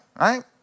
right